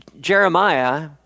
Jeremiah